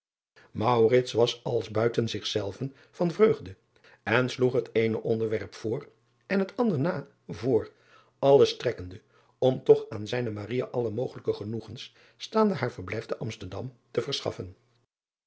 was als buiten zichzelven van vreugde en sloeg het eene ontwerp voor het ander na voor alle strekkende om toch aan zijne alle mogelijke genoegens staande haar verblijf te msterdam te verschaffen